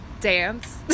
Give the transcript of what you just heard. dance